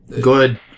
good